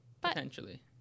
Potentially